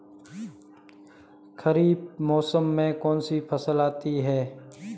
खरीफ मौसम में कौनसी फसल आती हैं?